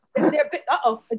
uh-oh